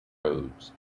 codes